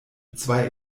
zwei